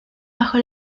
bajo